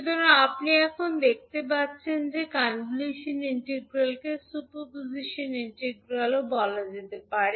সুতরাং আপনি এখন দেখতে পাচ্ছেন যে কনভলিউশন ইন্টিগ্রালকে সুপার পজিশন ইন্টিগ্রালও বলা যেতে পারে